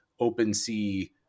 OpenSea